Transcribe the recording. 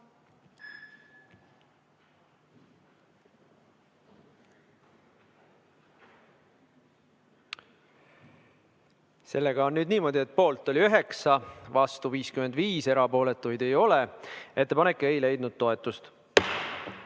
Sellega on nüüd niimoodi, et poolt oli 9, vastu 55 ja erapooletuid ei ole. Ettepanek ei leidnud toetust.